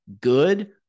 good